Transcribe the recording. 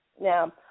Now